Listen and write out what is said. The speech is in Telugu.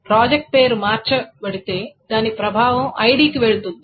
ప్రాజెక్ట్ పేరు మార్చబడితే దాని ప్రభావం ఐడికి వెళ్తుంది